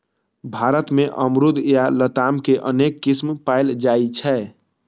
भारत मे अमरूद या लताम के अनेक किस्म पाएल जाइ छै